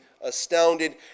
astounded